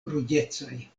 ruĝecaj